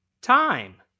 Time